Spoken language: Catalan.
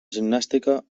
gimnàstica